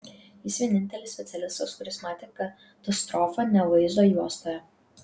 jis vienintelis specialistas kuris matė katastrofą ne vaizdo juostoje